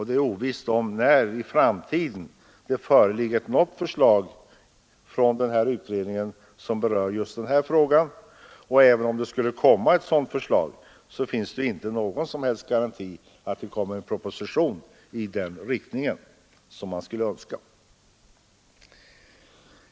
Det är ovisst när i framtiden det föreligger något förslag från den utredningen som berör just den här frågan, och även om det skulle komma ett sådant förslag finns det inte någon som helst garanti för att det kommer en proposition i den riktning som man skulle önska.